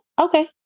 Okay